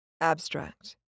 Abstract